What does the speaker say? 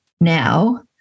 now